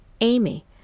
Amy